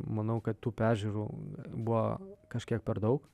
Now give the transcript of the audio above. manau kad tų peržiūrų buvo kažkiek per daug